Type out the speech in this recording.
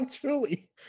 truly